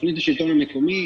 התוכנית לשלטון המקומי,